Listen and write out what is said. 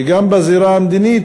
גם בזירה המדינית,